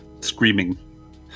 Screaming